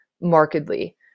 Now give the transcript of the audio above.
markedly